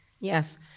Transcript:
Yes